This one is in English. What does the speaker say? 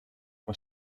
for